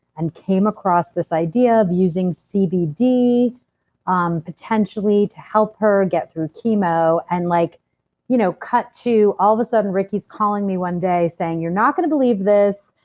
and came across this idea of using cbd potentially, to help her get through chemo. and like you know cut to, all of a sudden ricki's calling me one day saying, you're not gonna believe this.